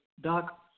Doc